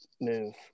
move